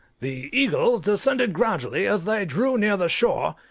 the eagles descended gradually as they drew near the shore,